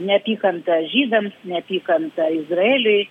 neapykanta žydams neapykanta izraeliui